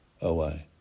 away